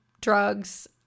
drugs